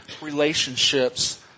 relationships